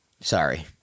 Sorry